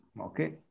okay